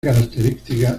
característica